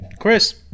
Chris